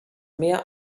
mehr